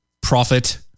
Prophet